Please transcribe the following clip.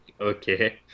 okay